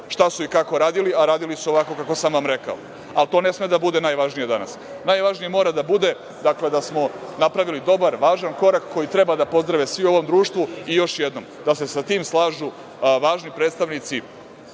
šta su i kako radili, a radili su ovako kako sam vam rekao, ali to ne sme da bude najvažnije danas. Najvažnije mora da bude da smo napravili dobar, važan korak koji treba da pozdrave svi u ovom društvu i, još jednom, da se sa tim slažu važni predstavnici